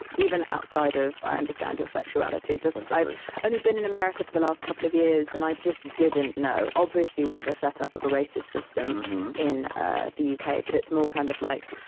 even outside of i understand your sexuality, just i've only been in america for the last couple of years and i just didn't know. obviously, we have a set up of a racist system in ah the yeah uk, but it's more kind of like,